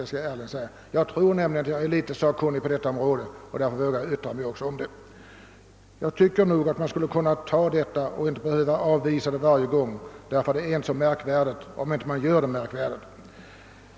Jag tror mig ha någon sakkunskap på området och vågar därför yttra mig. Jag anser att man skulle kunna antaga det förslag som vi framfört och inte avvisa det varje gång. Saken är nämligen inte så märkvärdig, om man inte gör den märkvärdig.